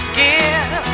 give